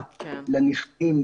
עו"ד גלעד הלר והשווה אותנו דרך אגב,